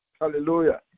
Hallelujah